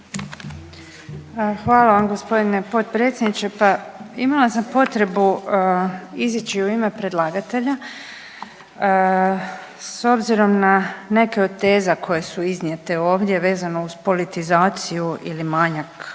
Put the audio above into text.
Hvala vam g. potpredsjedniče. Pa imala sam potrebu izići u ime predlagatelja s obzirom na neke od teza koje su iznijete ovdje vezano uz politizaciju ili manjak politizacije